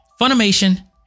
Funimation